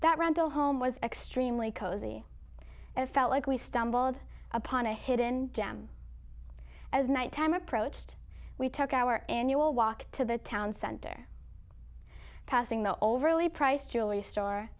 that rental home was extremely cozy and felt like we stumbled upon a hidden gem as night time approached we took our annual walk to the town center passing the overly priced jewelry store